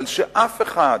אבל שאף אחד,